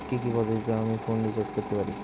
কি কি পদ্ধতিতে আমি ফোনে রিচার্জ করতে পারি?